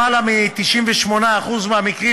למעלה מ-98% מהמקרים,